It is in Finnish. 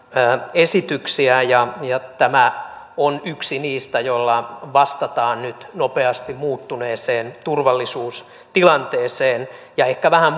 esityksiä ja ja tämä on yksi niistä joilla vastataan nyt nopeasti muuttuneeseen turvallisuustilanteeseen ja ehkä vähän